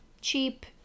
cheap